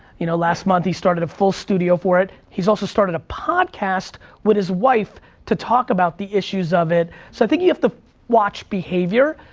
you know last month he started a full studio for it. he's also started a podcast with his wife to talk about the issues of it. so thinking of the watch behavior,